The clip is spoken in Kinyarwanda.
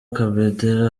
kabendera